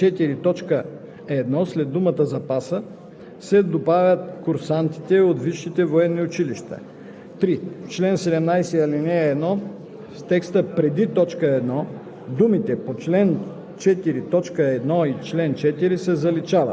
В чл. 4, т. 1 след думата „запаса“ се добавя „курсантите от висшите военни училища“.